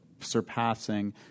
surpassing